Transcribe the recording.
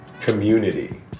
community